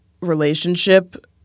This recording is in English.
relationship